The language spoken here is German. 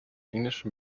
englischen